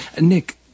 Nick